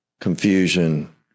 confusion